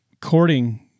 courting